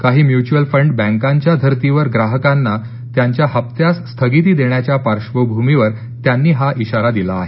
काही mutual fund बँकांच्या धर्तीवर ग्राहकांना त्यांच्या हप्त्यास स्थगिती देण्याच्या पार्श्वभूमीवर त्यांनी हा इशारा दिला आहे